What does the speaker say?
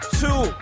two